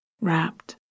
wrapped